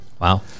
Wow